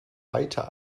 weiter